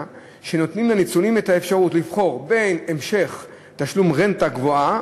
שנותנים לניצולים את האפשרות לבחור בין המשך תשלום רנטה גבוהה